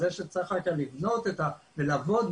זה שצריך אחר כך לעבוד מולנו,